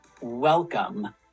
welcome